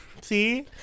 See